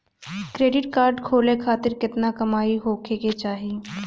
Credit card खोले खातिर केतना कमाई होखे के चाही?